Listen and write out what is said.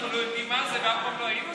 לא יודעים מה זה ואף פעם לא היינו שם,